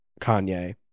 Kanye